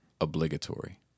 obligatory